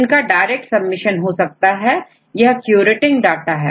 इनका direct submission हो सकता है यह क्यूरेटिंग डाटा है